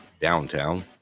downtown